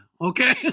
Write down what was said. okay